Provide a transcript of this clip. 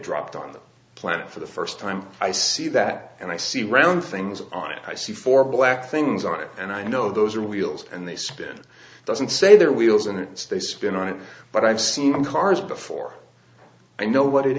dropped on the planet for the first time i see that and i see round things i see for black things on it and i know those are wheels and they spin doesn't say their wheels and they spin on it but i've seen cars before i know what it